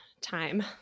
time